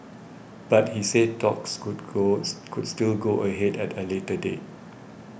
but he said talks could calls could still go ahead at a later date